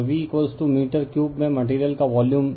और V metre cube में material का वॉल्यूम